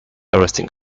arresting